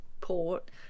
port